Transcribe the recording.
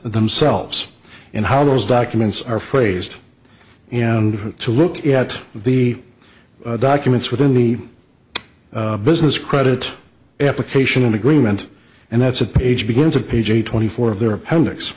themselves and how those documents are phrased and to look at the documents within the business credit application and agreement and that's a page begins of page eight twenty four of their appendix